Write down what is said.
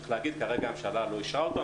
צריך להגיד שכרגע הממשלה לא אישרה אותו.